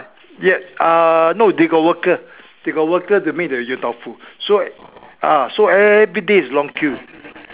ya uh no they got worker they got worker to make the Yong-Tau-Foo so ah so everyday is long queue